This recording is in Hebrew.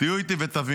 תהיו איתי ותבינו,